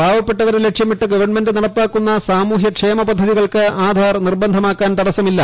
പാവപ്പെട്ടവരെ ലക്ഷ്യമിട്ട് ഗവൺമെന്റ് നടപ്പാക്കുന്ന സാമൂഹ്യ ക്ഷേമ പദ്ധതികൾക്ക് ആധാർ നിർബന്ധമാക്കാൻ തടസ്സമല്ല